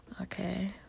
okay